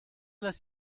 las